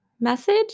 message